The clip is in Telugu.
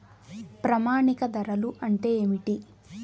ప్రామాణిక ధరలు అంటే ఏమిటీ?